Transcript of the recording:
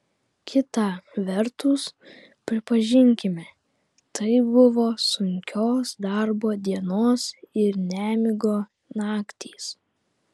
kita vertus pripažinkime tai buvo sunkios darbo dienos ir nemigo naktys